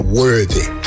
worthy